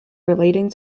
relating